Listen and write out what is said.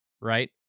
right